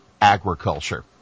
agriculture